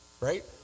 Right